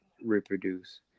reproduce